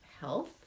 health